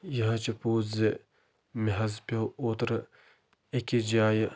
یہِ حظ چھُ پوٚز زِ مےٚ حظ پیوٚو اوترٕ أکِس جایہِ